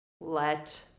let